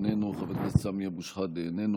איננו,